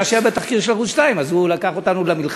מה שהיה בתחקיר של ערוץ 2. אז הוא לקח אותנו למלחמה,